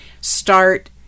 start